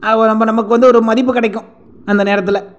அது நம்ம நமக்கு வந்து ஒரு மதிப்பு கிடைக்கும் அந்த நேரத்தில்